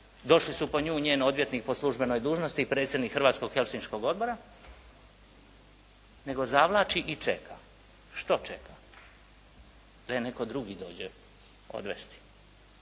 došli su po nju njen odvjetnik po službenoj dužnosti, predsjednik Hrvatskog Helsinškog odbora, nego zavlači i čeka. Što čeka? Da je netko drugi dođe odvesti.